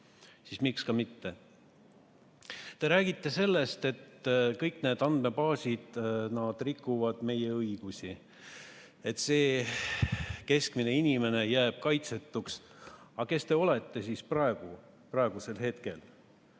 siis miks ka mitte? Te räägite sellest, et kõik need andmebaasid rikuvad meie õigusi, et keskmine inimene jääb kaitsetuks. Aga kes te olete siis praegu, kui te